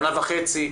שנה וחצי,